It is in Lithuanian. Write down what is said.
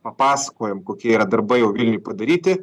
papasakojom kokie yra darbai jau vilniuj padaryti